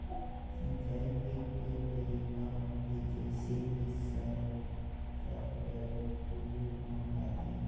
सिंचाई के कई तरीका होथे? जैसे कि सर सरपैट, टुलु पंप, आदि?